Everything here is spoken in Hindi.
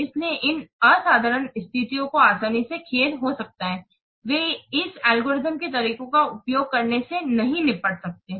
इसलिए इन असाधारण स्थितियों को आसानी से खेद हो सकता है वे इस एल्गोरिथ्म के तरीकों का उपयोग करने से नहीं निपट सकते हैं